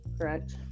correct